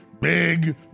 big